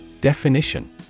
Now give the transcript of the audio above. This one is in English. Definition